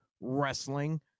Wrestling